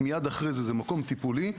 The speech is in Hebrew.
מיד אחרי זה מקום טיפולי,